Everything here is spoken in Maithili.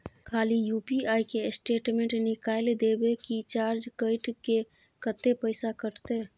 खाली यु.पी.आई के स्टेटमेंट निकाइल देबे की चार्ज कैट के, कत्ते पैसा कटते?